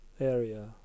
area